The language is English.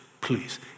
Please